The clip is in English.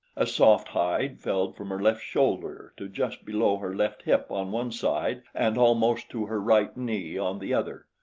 a soft hide fell from her left shoulder to just below her left hip on one side and almost to her right knee on the other,